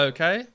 Okay